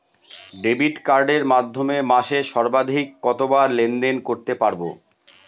Debit কার্ডের মাধ্যমে মাসে সর্বাধিক কতবার লেনদেন করতে পারবো?